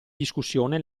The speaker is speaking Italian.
discussione